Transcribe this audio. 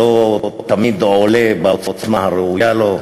שלא תמיד עולה בעוצמה הראויה לו,